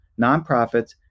nonprofits